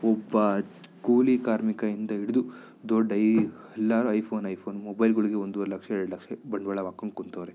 ಒಬ್ಬ ಕೂಲಿ ಕಾರ್ಮಿಕ ಇಂದ ಹಿಡ್ದು ದೊಡ್ಡ ಈ ಎಲ್ಲರೂ ಐಫೋನ್ ಐಫೋನ್ ಮೊಬೈಲ್ಗಳಿಗೆ ಒಂದೂವರೆ ಲಕ್ಷ ಎರ್ಡು ಲಕ್ಷ ಬಂಡವಾಳ ಹಾಕ್ಕೊಂಡು ಕುಂತವ್ರೆ